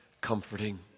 comforting